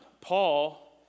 Paul